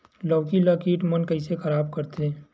लौकी ला कीट मन कइसे खराब करथे?